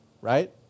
right